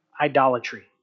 idolatry